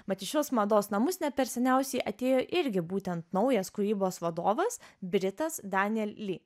mat į šiuos mados namus ne per seniausiai atėjo irgi būtent naujas kūrybos vadovas britas daniel li